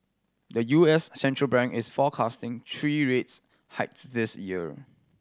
the U S central bank is forecasting three rates hikes this year